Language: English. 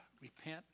Repent